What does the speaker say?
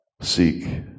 seek